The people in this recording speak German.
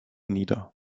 nieder